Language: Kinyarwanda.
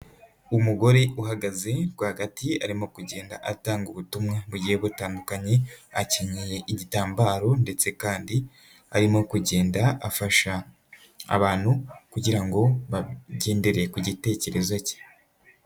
Umugore uhagaze rwagati arimo kugenda atanga ubutumwa bugiye butandukanye, akenyeye igitambaro ndetse kandi arimo kugenda afasha abantu kugira ngo bagendere ku gitekerezo cye.